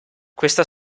questa